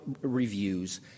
reviews